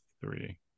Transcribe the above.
three